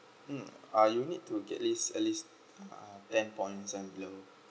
mm uh you need to get least at least uh ten points and below